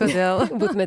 todėl būtina